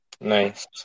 Nice